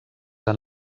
han